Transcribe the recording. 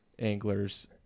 anglers